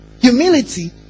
Humility